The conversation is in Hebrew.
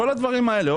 כל הדברים האלה.